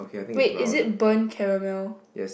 wait is it burned caramel